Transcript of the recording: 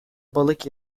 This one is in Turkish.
balık